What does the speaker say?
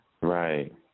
Right